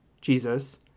Jesus